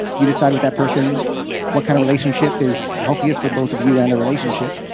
you decide with that person what kind of relationship is healthiest for both of you and the relationship,